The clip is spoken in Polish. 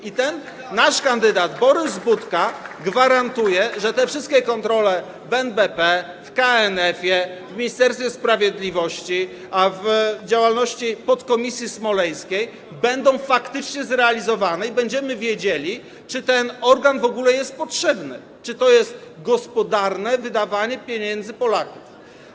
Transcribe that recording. I ten nasz kandydat Borys Budka gwarantuje, że te wszystkie kontrole w NBP, w KNF-ie, w Ministerstwie Sprawiedliwości, w działalności podkomisji smoleńskiej będą faktycznie zrealizowane i będziemy wiedzieli, czy ten organ w ogóle jest potrzebny, czy to jest gospodarne wydawanie pieniędzy Polaków.